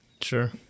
Sure